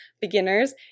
Beginners